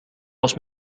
was